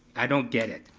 i don't get it.